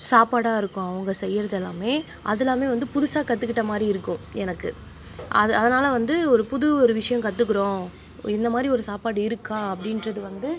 சாப்பாடாக இருக்கும் அவங்க செய்கிறது எல்லாமே அதெல்லாமே வந்து புதுசாக கற்றுக்கிட்ட மாதிரி இருக்கும் எனக்கு அது அதனால் வந்து ஒரு புது ஒரு விஷயம் கற்றுக்குறோம் இந்த மாதிரி ஒரு சாப்பாடு இருக்கா அப்படின்றது வந்து